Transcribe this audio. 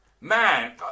Man